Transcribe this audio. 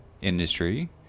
industry